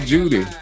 Judy